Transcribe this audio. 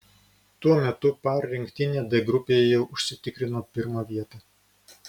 tuo metu par rinktinė d grupėje jau užsitikrino pirmą vietą